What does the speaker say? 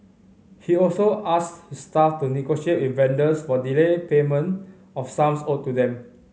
he also asked his staff to negotiate with vendors for delayed payment of sums owed to them